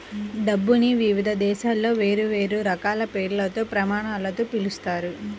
డబ్బుని వివిధ దేశాలలో వేర్వేరు రకాల పేర్లతో, ప్రమాణాలతో పిలుస్తారు